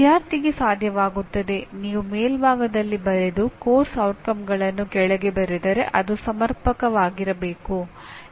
ವಿದ್ಯಾರ್ಥಿಗೆ ಸಾಧ್ಯವಾಗುತ್ತದೆ ನೀವು ಮೇಲ್ಭಾಗದಲ್ಲಿ ಬರೆದು ಪಠ್ಯಕ್ರಮದ ಪರಿಣಾಮಗಳನ್ನು ಕೆಳಗೆ ಬರೆದರೆ ಅದು ಸಮರ್ಪಕವಾಗಿರಬೇಕು